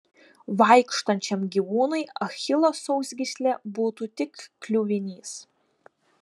vaikštančiam gyvūnui achilo sausgyslė būtų tik kliuvinys